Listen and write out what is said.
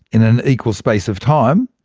in an equal space of time,